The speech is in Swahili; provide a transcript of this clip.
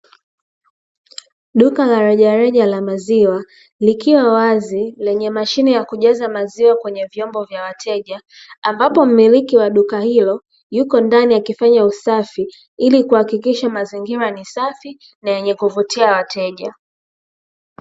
Duka la rejareja la maziwa likiwa wazi lenye mashine ya kujaza maziwa kwenye vyombo vya wateja, ambapo mmiliki wa duka hilo yupo ndani akifanya usafi ili kuhakikisha mazingira ni safi na yenye kuvutia wateja.